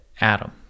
adam